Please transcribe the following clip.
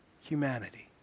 humanity